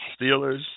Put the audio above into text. Steelers